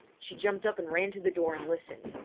she jumped up and ran to the door and listened,